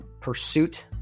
pursuit